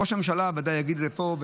ראש הממשלה ודאי יגיד את זה פה,